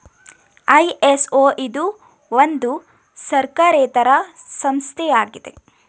ISO ಇದು ಒಂದು ಸರ್ಕಾರೇತರ ಸಂಸ್ಥೆ ಆಗಿದೆ